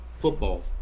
football